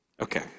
Okay